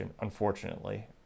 unfortunately